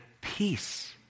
peace